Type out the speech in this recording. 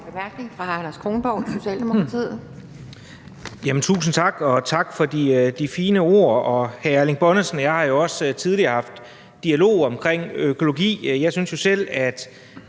Tusind tak, og tak for de fine ord.